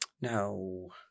No